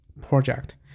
project